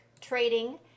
Trading